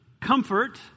comfort